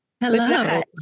hello